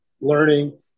learning